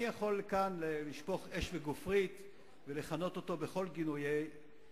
אני יכול כאן לשפוך אש וגופרית ולכנות אותו בכל הגינויים,